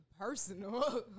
personal